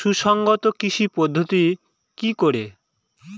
সুসংহত কৃষি পদ্ধতি কি?